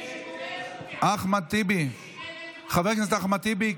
מי שנגד, חבר הכנסת אחמד טיבי,